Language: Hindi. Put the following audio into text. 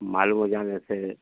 मालूम हो जाने से